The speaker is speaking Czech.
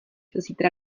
zítra